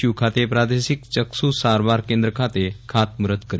you ખાતે પ્રાદેશિક યક્ષુ સારવાર કેન્દ્ર ખાતે ખાતમૂહર્ત કર્યું